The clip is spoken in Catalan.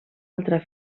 altra